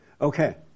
Okay